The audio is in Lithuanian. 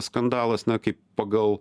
skandalas na kaip pagal